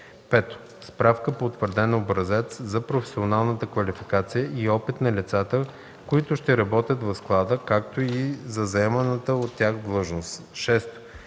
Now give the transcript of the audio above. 5. справка по утвърден образец за професионалната квалификация и опит на лицата, които ще работят в склада, както и за заеманата от тях длъжност; 6.